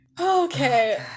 okay